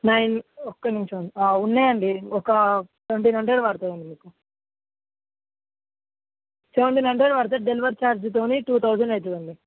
nine ఒక్క నిమిషం అండి ఉన్నాయండి ఒక సెవెన్టీన్ హండ్రెడ్ పడతాదండి మీకు సెవెన్టీన్ హండ్రెడ్ పడతది డెలివరీ ఛార్జితోని టూ థౌజండ్ అవుతుందండి